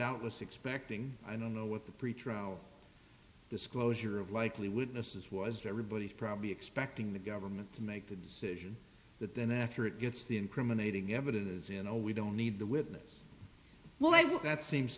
doubtless expecting i don't know what the pretrial disclosure of likely witnesses was everybody's probably expecting the government to make the decision that then after it gets the incriminating evidence you know we don't need the witness list that seems